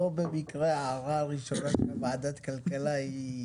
לא במקרה ההערה הראשונה שלך בוועדת כלכלה היא זאת.